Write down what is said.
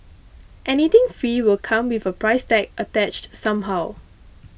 anything free will come with a price tag attached somehow